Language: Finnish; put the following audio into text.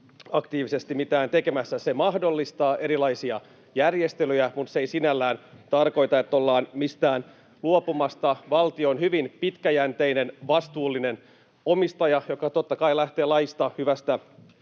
aktiivisesti mitään tekemässä. Se mahdollistaa erilaisia järjestelyjä, mutta se ei sinällään tarkoita, että ollaan mistään luopumassa. Valtio on hyvin pitkäjänteinen, vastuullinen omistaja, mikä totta kai lähtee laista ja hyvästä